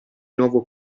nuovo